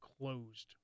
closed